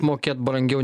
mokėt brangiau